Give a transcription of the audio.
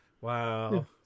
Wow